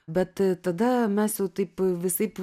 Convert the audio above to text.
bet tada mes jau taip visaip